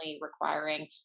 requiring